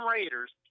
Raiders